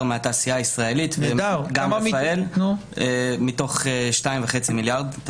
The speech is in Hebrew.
מהתעשייה הישראלית וגם רפאל מתוך 2.5 מיליארד.